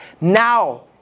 Now